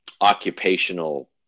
occupational